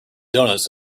donuts